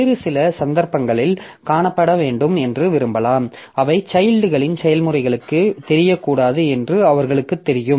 வேறு சில சந்தர்ப்பங்களில் காணப்பட வேண்டும் என்று விரும்பலாம் அவை சைல்ட்களின் செயல்முறைகளுக்குத் தெரியக்கூடாது என்று அவர்களுக்குத் தெரியும்